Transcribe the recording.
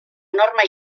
norma